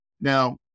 Now